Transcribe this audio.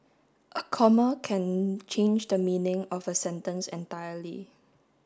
a comma can change the meaning of a sentence entirely